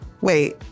Wait